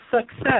success